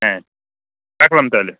হ্যাঁ রাখলাম তাহলে